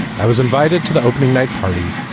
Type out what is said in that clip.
i was invited to the opening night party,